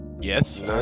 Yes